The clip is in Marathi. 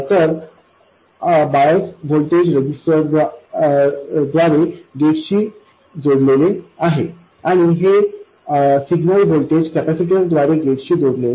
तर बायस व्होल्टेज रेजिस्टरद्वारे गेटशी जोडलेले आहे आणि हे सिग्नल व्होल्टेज कॅपेसिटरद्वारे गेटशी जोडलेले आहे